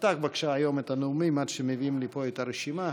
תפתח בבקשה היום את הנאומים עד שמביאים לי פה את הרשימה.